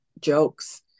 jokes